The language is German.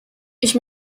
ich